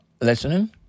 listening